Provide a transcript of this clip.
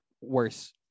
worse